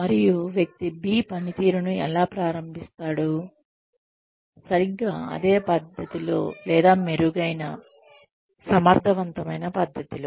మరియు వ్యక్తి B పనితీరును ఎలా ప్రారంభిస్తాడు సరిగ్గా అదే పద్ధతిలో లేదా మెరుగైన సమర్థవంతమైన పద్ధతిలో